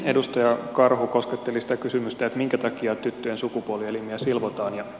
edustaja karhu kosketteli sitä kysymystä minkä takia tyttöjen sukupuolielimiä silvotaan